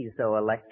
piezoelectric